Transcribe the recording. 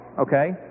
okay